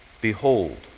Behold